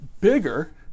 bigger